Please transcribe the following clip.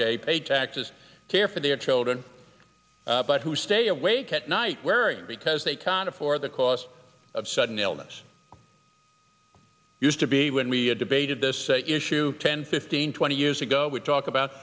day pay taxes to care for their children but who stay awake at night wearing because they can't afford the cost of sudden illness used to be when we had debated this issue ten fifteen twenty years ago we talk about